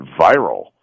viral